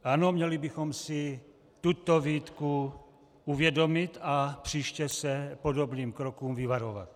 Ano, měli bychom si tuto výtku uvědomit a příště se podobných kroků vyvarovat.